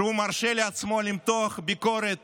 שמרשה לעצמו למתוח ביקורת